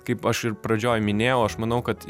kaip aš ir pradžioj minėjau aš manau kad